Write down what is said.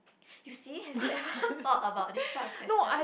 you see have you ever thought about this kind of question